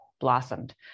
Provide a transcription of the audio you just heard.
blossomed